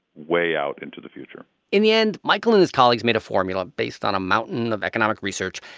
way out into the future in the end, michael and his colleagues made a formula based on a mountain of economic research.